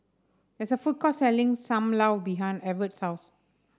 there is a food court selling Sam Lau behind Evert's house